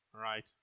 Right